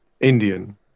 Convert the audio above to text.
indian